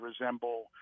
resemble